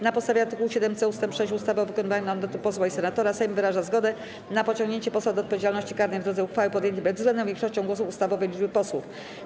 Na podstawie art. 7c ust. 6 ustawy o wykonywaniu mandatu posła i senatora Sejm wyraża zgodę na pociągnięcie posła do odpowiedzialności karnej w drodze uchwały podjętej bezwzględną większością głosów ustawowej liczby posłów.